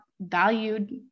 valued